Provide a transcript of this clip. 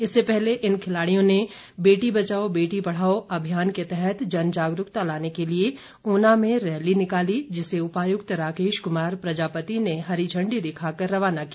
इससे पहले इन खिलाड़ियों ने बेटी बचाओ बेटी पढ़ाओं अभियान के तहत जन जागरूकता लाने के लिए ऊना में रैली निकाली जिसे उपायुक्त राकेश कुमार प्रजापति ने हरी झंडी दिखाकर रवाना किया